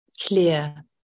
clear